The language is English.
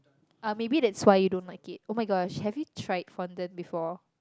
oh maybe that's why you didn't like it oh-my-gosh have you tried fondant before